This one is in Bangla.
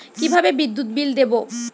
কিভাবে বিদ্যুৎ বিল দেবো?